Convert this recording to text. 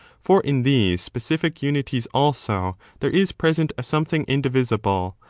for in these specific unities also there is present a something indivisible,